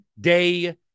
day